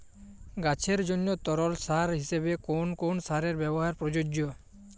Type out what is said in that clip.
গাছের জন্য তরল সার হিসেবে কোন কোন সারের ব্যাবহার প্রযোজ্য?